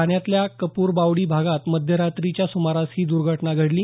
ठाण्यातल्या कपुरबावडी भागात मध्यरात्रीच्या सुमारास ही द्र्घटना घडली